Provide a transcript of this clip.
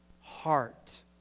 heart